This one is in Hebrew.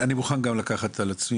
אני מוכן לקחת על עצמי,